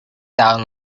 town